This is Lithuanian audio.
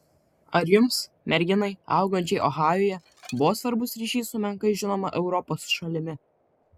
ar jums merginai augančiai ohajuje buvo svarbus ryšys su menkai žinoma europos šalimi